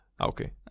Okay